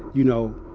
you know,